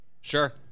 Sure